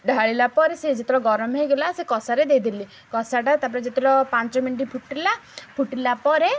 ଢାଳିଲା ପରେ ସେ ଯେତେବେଳେ ଗରମ ହେଇଗଲା ସେ କସାରେ ଦେଇଦେଲି କସାଟା ତା'ପରେ ଯେତେବେଳେ ପାଞ୍ଚ ମିନିଟ୍ ଫୁଟିଲା ଫୁଟିଲା ପରେ